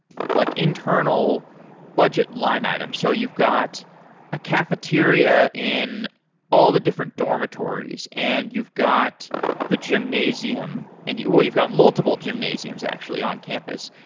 like internal budget line items. so you've got a cafeteria in all the different dormitories and you've got the gymnasium. and you know you've got multiple gymnasiums actually on campus.